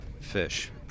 fish